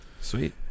Sweet